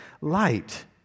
light